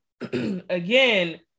again